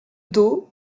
dos